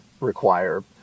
require